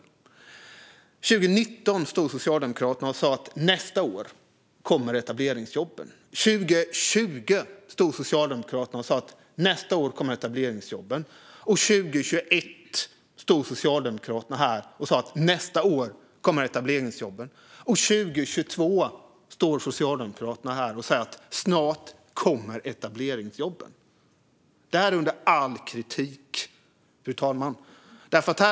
År 2019 stod Socialdemokraterna här och sa att nästa år kommer etableringsjobben. År 2020 stod Socialdemokraterna här och sa att nästa år kommer etableringsjobben. År 2021 stod Socialdemokraterna här och sa och sa att nästa år kommer etableringsjobben. Och år 2022 står Socialdemokraterna här och säger att snart kommer etableringsjobben. Detta är under all kritik, fru talman.